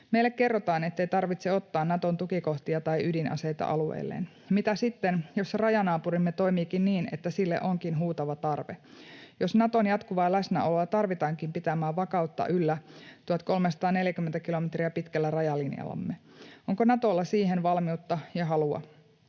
Meille kerrotaan, ettei tarvitse ottaa Naton tukikohtia tai ydinaseita alueelleen. Mitä sitten, jos rajanaapurimme toimiikin niin, että sille onkin huutava tarve? Jos Naton jatkuvaa läsnäoloa tarvitaankin pitämään vakautta yllä 1 340 kilometriä pitkällä rajalinjallamme, onko Natolla siihen valmiutta ja halua?